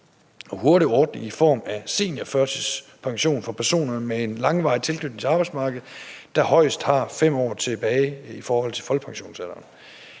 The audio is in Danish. og hurtig ordning i form af seniorførtidspension for personer med en langvarig tilknytning til arbejdsmarkedet, der højst har 5 år tilbage i forhold til folkepensionsalderen.